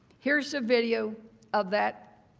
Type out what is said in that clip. here is the video of that